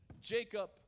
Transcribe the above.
Jacob